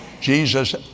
Jesus